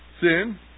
Sin